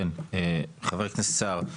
חבר הכנסת סער,